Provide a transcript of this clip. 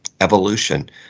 evolution